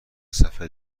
سفر